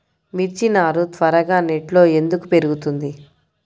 మిర్చి నారు త్వరగా నెట్లో ఎందుకు పెరుగుతుంది?